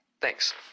Thanks